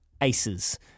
aces